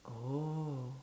oh